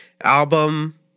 album